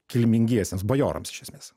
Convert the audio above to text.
kilmingiesiems bajorams iš esmės